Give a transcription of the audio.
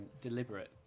deliberate